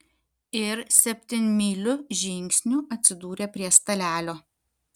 ir septynmyliu žingsniu atsidūrė prie stalelio